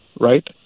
right